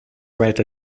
red